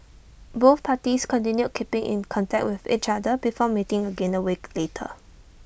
both parties continued keeping in contact with each other before meeting again A week later